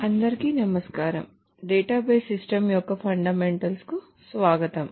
X టెండెడ్ relational algebra కి వెళ్దాం